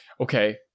Okay